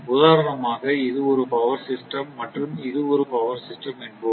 உதாரணமாக இது ஒரு பவர் சிஸ்டம் மற்றும் இது ஒரு பவர் சிஸ்டம் என்போம்